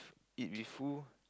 eat with who